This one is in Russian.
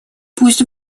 пусть